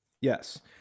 Yes